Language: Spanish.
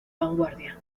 vanguardia